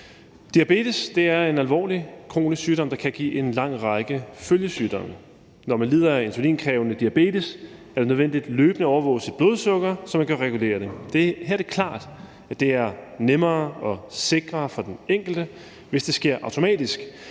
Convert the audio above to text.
Diabetes er en alvorlig kronisk sygdom, der kan give en lang række følgesygdomme. Når man lider af insulinkrævende diabetes, er det nødvendigt løbende at overvåge sit blodsukker, så man kan regulere det. Her er det klart, at det er nemmere og sikrere for den enkelte, hvis det sker automatisk,